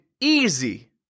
easy